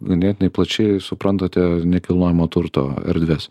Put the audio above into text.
ganėtinai plačiai suprantate nekilnojamo turto erdves